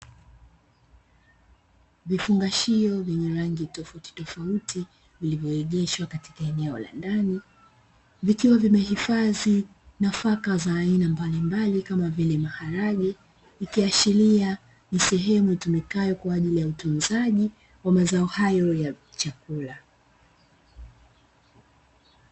Vifungashio vyenye rangi tofauti tofauti, vilivyoegeshwa katika eneo la ndani, vikiwa vimehifadhi nafaka za aina mbalimbali kama vile maharage, ikiashiria ni sehemu itumikayo kwa ajili ya utunzaji wa mazao hayo ya chakula.